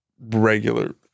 regular